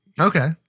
Okay